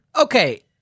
Okay